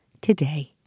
today